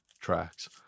tracks